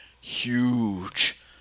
huge